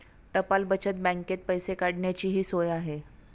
टपाल बचत बँकेत पैसे काढण्याचीही सोय आहे